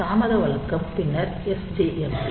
தாமத வழக்கம் பின்னர் SJMP